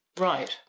Right